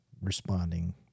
responding